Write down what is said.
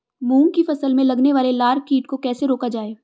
मूंग की फसल में लगने वाले लार कीट को कैसे रोका जाए?